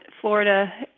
Florida